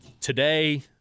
today